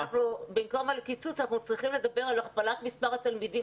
במקום על קיצוץ אנחנו צריכים לדבר על הכפלת מספר התלמידים